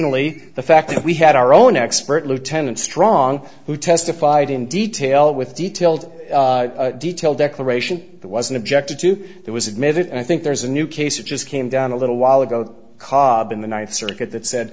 only the fact that we had our own expert lieutenant strong who testified in detail with detailed detailed declaration that wasn't objected to that was admitted and i think there's a new case it just came down a little while ago cobb in the ninth circuit that said